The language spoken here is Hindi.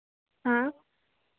हाँ